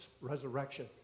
resurrection